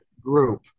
group